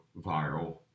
viral